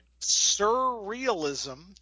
Surrealism